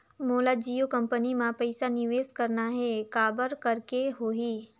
मोला जियो कंपनी मां पइसा निवेश करना हे, काबर करेके होही?